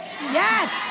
Yes